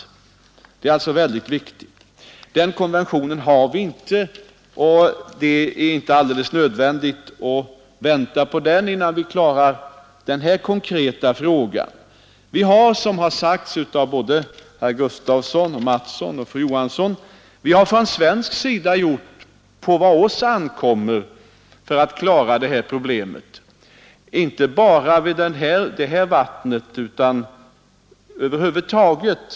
Det är en mycket viktig sak. Den konventionen har vi ännu inte, men det är heller inte alldeles nödvändigt att vänta på den, innan vi klarar upp denna konkreta fråga. Som redan framhållits av såväl herr Gustafsson i Uddevalla som herr Mattsson i Skee och fru Johansson har vi från svensk sida gjort vad på oss ankommer för att klara detta problem, inte bara vid det vatten som det här är fråga om utan över huvud taget.